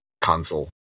console